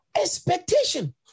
expectation